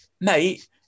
Mate